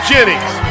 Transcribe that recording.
Jennings